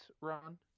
run